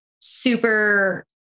super